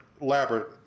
elaborate